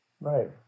Right